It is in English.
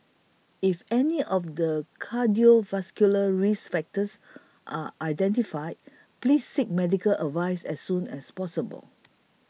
if any of the cardiovascular risk factors are identified please seek medical advice as soon as possible